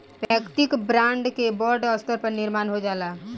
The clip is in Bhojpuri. वैयक्तिक ब्रांड के बड़ स्तर पर निर्माण हो जाला